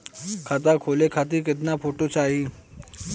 खाता खोले खातिर केतना फोटो चाहीं?